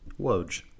Woj